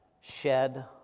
shed